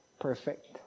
perfect